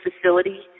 facility